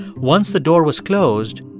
once the door was closed,